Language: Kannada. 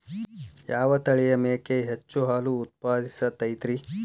ಯಾವ ತಳಿಯ ಮೇಕೆ ಹೆಚ್ಚು ಹಾಲು ಉತ್ಪಾದಿಸತೈತ್ರಿ?